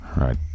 right